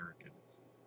Americans